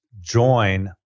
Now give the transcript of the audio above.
join